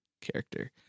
character